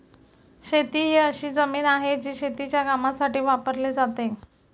शेती ही अशी जमीन आहे, जी शेतीच्या कामासाठी वापरली जाते